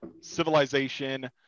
civilization